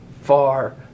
far